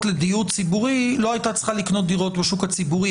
לדיור ציבורי לא הייתה צריכה לקנות דירות בשוק הציבורי,